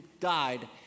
died